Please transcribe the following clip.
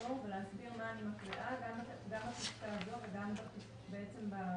לעצור ולהסביר מה אני מקריאה גם בפסקה הזה וגם בפסקה הבאה.